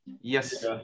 Yes